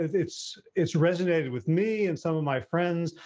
it's, it's resonated with me and some of my friends.